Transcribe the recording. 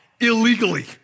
illegally